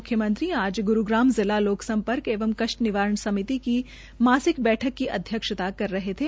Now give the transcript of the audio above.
मुख्यमंत्री आज ग्रूग्राम जिला लोक सम्पर्क एंव कष्ट निवारण की मासिक बैठक की अध्यक्षता कर रहे थे